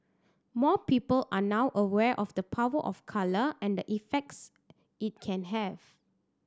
more people are now aware of the power of colour and the effects it can have